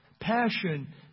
Passion